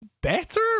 better